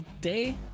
day